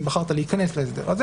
אם בחרת להיכנס להסדר הזה